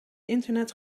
internet